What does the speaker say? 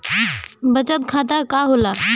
बचत खाता का होला?